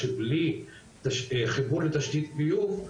שבלי חיבור לתשתית ביוב,